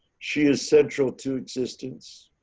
she is central to existence,